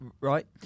right